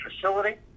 facility